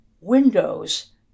windows